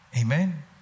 Amen